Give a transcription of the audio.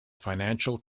financial